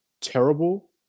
terrible